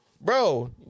Bro